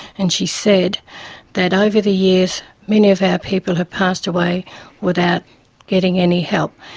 and she said that over the years many of our people have passed away without getting any help,